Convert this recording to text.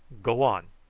go on!